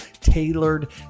tailored